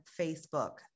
Facebook